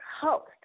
host